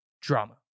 drama